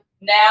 Now